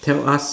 tell us